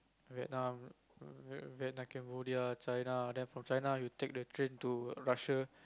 Vietnam Cambodia China then from China you take the train to Russia